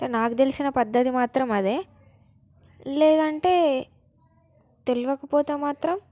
అంటే నాకు తెలిసిన పద్ధతి మాత్రం అదే లేదంటే తెలియకపోతే మాత్రం